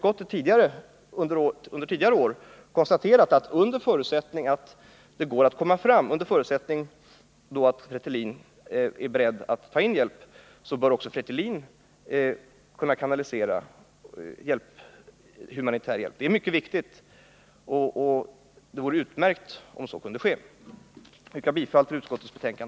Vi har under tidigare år konstaterat att under förutsättning att Fretilin är beredd att ta in hjälp bör också Fretilin kunna kanalisera humanitär hjälp. Det är mycket viktigt, och det vore utmärkt om så kunde ske. Jag yrkar bifall till utskottets hemställan.